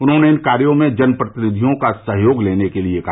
उन्होंने इन कार्यो में जनप्रतिनिधियों का सहयोग लेने के लिए कहा